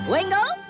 Wingle